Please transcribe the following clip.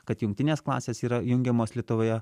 kad jungtinės klasės yra jungiamos lietuvoje